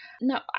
no